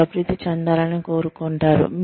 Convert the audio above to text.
మీరు అభివృద్ధి చెందాలని కోరుకుంటారు